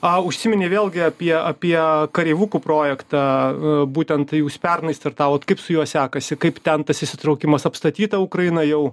a užsiminei vėlgi apie apie kareivukų projektą a būtent jūs pernai startavot kaip su juo sekasi kaip ten tas įsitraukimas apstatyta ukraina jau